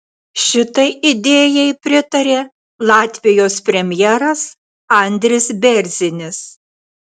šitai idėjai pritarė latvijos premjeras andris bėrzinis